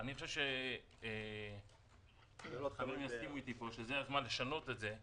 אני חושב שזה הזמן לשנות את זה,